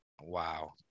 Wow